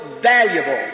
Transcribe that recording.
valuable